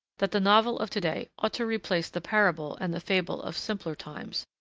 that the novel of to-day ought to replace the parable and the fable of simpler times,